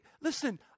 Listen